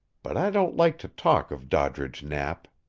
but i don't like to talk of doddridge knapp.